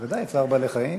בוודאי, צער בעלי-חיים.